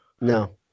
No